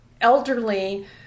elderly